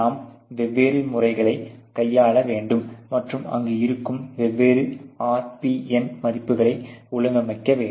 நாம் வெவ்வேறு முறைகளைக் கையாள வேண்டும் மற்றும் அங்கு இருக்கும் வெவ்வேறு RPN மதிப்புகளை ஒழுங்கமைக்க வேண்டும்